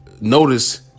Notice